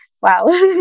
wow